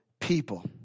people